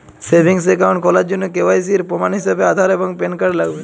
savings account খোলার জন্য KYC এর প্রমাণ হিসেবে আধার এবং প্যান কার্ড লাগবে